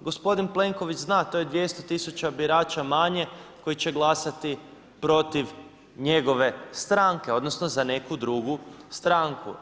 gospodin Plenković zna, to je 200 000 birača manje koji će glasati protiv njegove stranke, odnosno za neku drugu stranku.